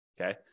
Okay